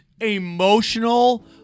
emotional